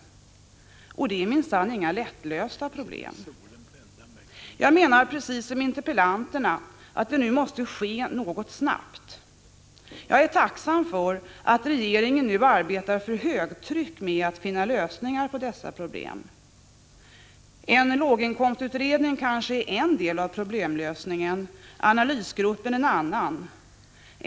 Det är minsann inga lättlösta problem. Jag menar precis som interpellanterna att det nu måste ske något snabbt. Jag är tacksam för att regeringen arbetar för högtryck med att finna lösningar på dessa problem. En låginkomstutredning kanske är en del av problemlösningen, analysgruppen en annan.